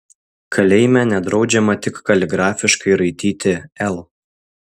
kalėjime nedraudžiama tik kaligrafiškai raityti l